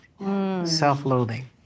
self-loathing